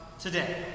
today